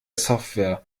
software